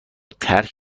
ترک